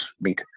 meet